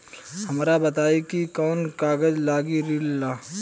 हमरा बताई कि कौन कागज लागी ऋण ला?